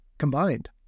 combined